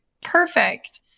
perfect